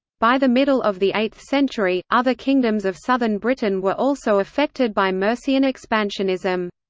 by the middle of the eighth century, other kingdoms of southern britain were also affected by mercian expansionism.